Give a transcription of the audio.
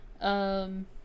um-